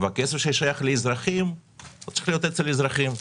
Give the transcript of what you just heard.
והכסף ששייך לאזרחים צריך להיות אצל האזרחים.